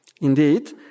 Indeed